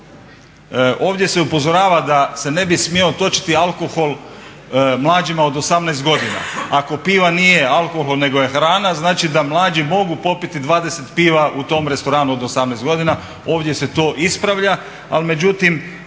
Ovdje se upozorava da se ne bi smio točiti alkohol mlađima od 18 godina. Ako piva nije alkohol, nego je hrana znači da mlađi mogu popiti 20 piva u tom restoranu od 18 godina. Ovdje se to ispravlja, ali međutim